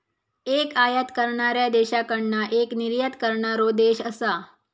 एक आयात करणाऱ्या देशाकडना एक निर्यात करणारो देश असा